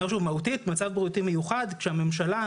מצב בריאותי מיוחד כאשר הממשלה,